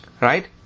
right